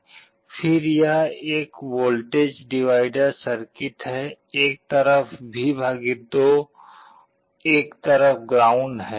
फिर यह एक वोल्टेज डिवाइडर सर्किट है एक तरफ V 2 एक तरफ ग्राउंड है